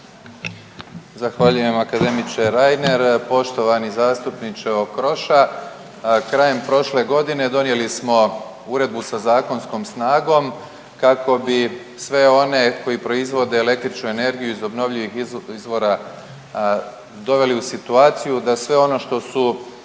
Zahvaljujem akademiče Reiner. Poštovani zastupniče Okroša krajem prošle godine donijeli smo uredbu sa zakonskom snagom kako bi sve one koji proizvode električnu energiju iz obnovljivih izvora doveli u situaciju da sve ono što su